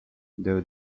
though